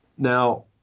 Now